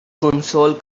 console